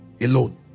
alone